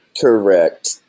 Correct